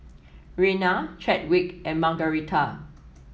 Rena Chadwick and Margaretha